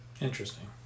Interesting